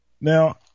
Now